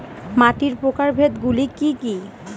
মাটির প্রকারভেদ গুলো কি কী?